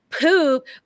Poop